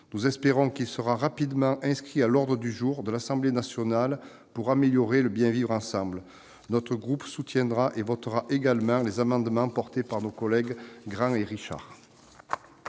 Nous espérons qu'il sera rapidement inscrit à l'ordre du jour de l'Assemblée nationale, afin d'améliorer le bien vivre ensemble. Notre groupe soutiendra et votera également les amendements portés par nos collègues Jean-Pierre